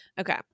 Okay